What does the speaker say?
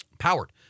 powered